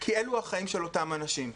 כי אלו החיים של אותם אנשים.